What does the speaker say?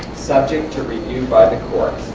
subject to review by the courts.